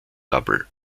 double